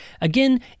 Again